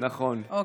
אז,